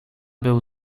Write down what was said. był